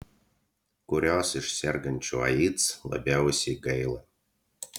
kurios iš sergančių aids labiausiai gaila